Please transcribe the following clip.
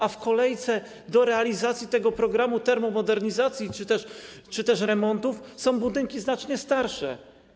A w kolejce do realizacji tego programu termomodernizacji czy też remontów są budynki znacznie starsze.